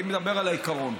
אני מדבר על העיקרון.